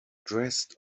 dressed